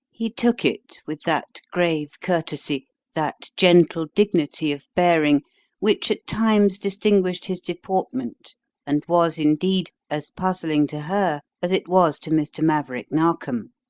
he took it with that grave courtesy, that gentle dignity of bearing which at times distinguished his deportment and was, indeed, as puzzling to her as it was to mr. maverick narkom.